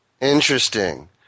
Interesting